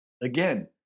Again